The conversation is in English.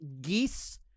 geese